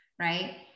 right